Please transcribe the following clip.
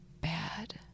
bad